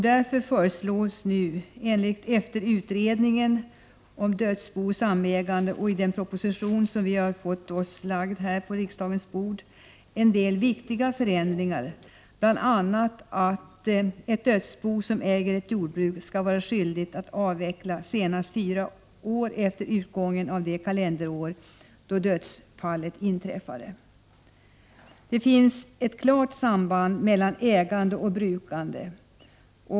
Därför föreslås nu, efter utredningen om dödsboägande och samägande, i den proposition vi har fått oss förelagd på riksdagens bord en del viktiga förändringar, bl.a. att ett dödsbo som äger ett jordbruk skall vara skyldigt att avveckla detta senast fyra år efter utgången av det kalenderår då dödsfallet inträffade. Det finns ett klart samband mellan ägande och brukande.